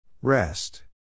Rest